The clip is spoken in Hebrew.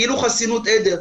כאילו חסינות עדר.